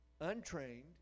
untrained